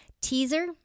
Teaser